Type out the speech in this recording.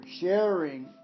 sharing